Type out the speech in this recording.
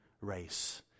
race